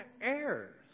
errors